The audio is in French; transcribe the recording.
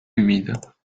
humides